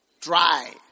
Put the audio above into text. dry